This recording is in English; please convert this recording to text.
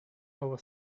our